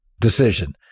decision